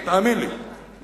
אתה מגן על רוצחים,